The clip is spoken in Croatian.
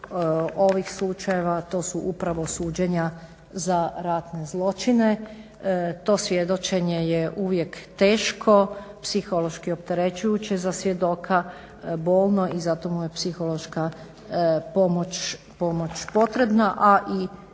ovih slučajeva to su upravo suđenja za ratne zločine. To svjedočenje je uvijek teško, psihološki opterećujuće za svjedoka, bolno i zato mu je psihološka pomoć potrebna a i sasvim